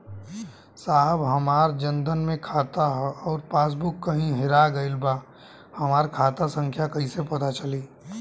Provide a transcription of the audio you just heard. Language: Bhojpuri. साहब हमार जन धन मे खाता ह अउर पास बुक कहीं हेरा गईल बा हमार खाता संख्या कईसे पता चली?